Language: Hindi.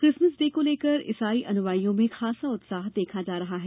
क्रिसमस डे को लेकर ईसाई अनुयायियों में खासा उत्साह देखा जा रहा है